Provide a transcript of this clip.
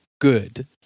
good